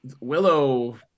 willow